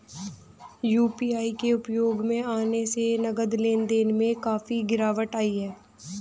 UPI के उपयोग में आने से नगद लेन देन में काफी गिरावट आई हैं